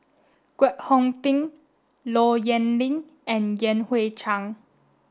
Kwek Hong Png Low Yen Ling and Yan Hui Chang